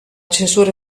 censura